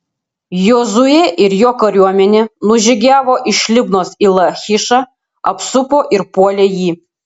jozuė ir jo kariuomenė nužygiavo iš libnos į lachišą apsupo ir puolė jį